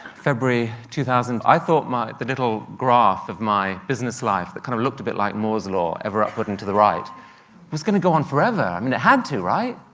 february two thousand. i thought the little graph of my business life that kind of looked a bit like moore's law ever upward and to the right it was going to go on forever. i mean, it had to. right?